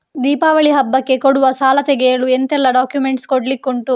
ದೀಪಾವಳಿ ಹಬ್ಬಕ್ಕೆ ಕೊಡುವ ಸಾಲ ತೆಗೆಯಲು ಎಂತೆಲ್ಲಾ ಡಾಕ್ಯುಮೆಂಟ್ಸ್ ಕೊಡ್ಲಿಕುಂಟು?